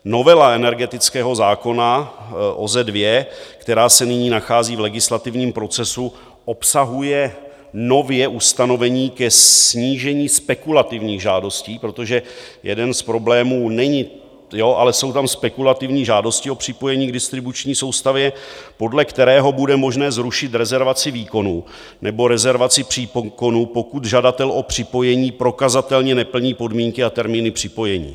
Novela energetického zákona OZE II, která se nyní nachází v legislativním procesu, obsahuje nově ustanovení ke snížení spekulativních žádostí protože jsou tam spekulativní žádosti o připojení k distribuční soustavě podle kterého bude možné zrušit rezervaci výkonu nebo rezervaci příkonu, pokud žadatel o připojení prokazatelně neplní podmínky a termíny připojení.